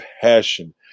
passion